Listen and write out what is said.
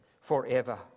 forever